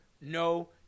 no